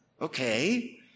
okay